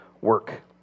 work